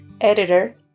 editor